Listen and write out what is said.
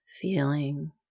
Feeling